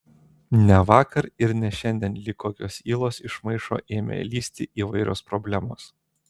ne vakar ir ne šiandien lyg kokios ylos iš maišo ėmė lįsti įvairios problemos